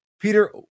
Peter